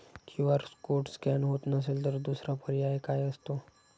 QR code scan होत नसेल तर दुसरा पर्याय काय असतो?